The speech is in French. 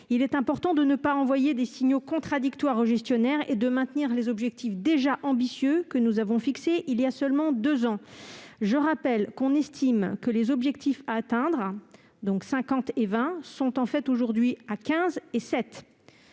Il est important de ne pas envoyer de signaux contradictoires aux gestionnaires et de maintenir les objectifs déjà ambitieux que nous avons fixés il y a seulement deux ans. On estime que les objectifs à atteindre- 50 % et 20 % -sont aujourd'hui à 15 % et 7